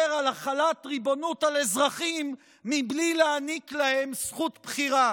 על החלת ריבונות על אזרחים בלי להעניק להם זכות בחירה.